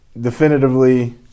definitively